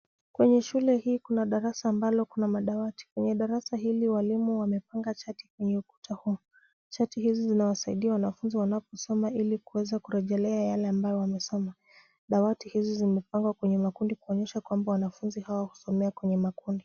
Kwenye shule hii kuna madarasa ambayo kuna madawati. Kwenye darasa hili walimu wamepanga chati kwenye ukuta huu. Chati hizi zinawasaidia wanafunzi wanaposoma ili kuweza kurejelea yale ambayo wamesoma. Dawati hizi zimepangwa kwenye makundi kuonyesha kwamba wanafunzi hawa husomea kwenye makundi.